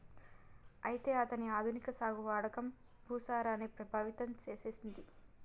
అయితే అతని ఆధునిక సాగు వాడకం భూసారాన్ని ప్రభావితం సేసెసింది